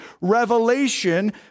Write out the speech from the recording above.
revelation